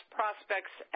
prospects